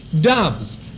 doves